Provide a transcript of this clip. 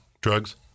drugs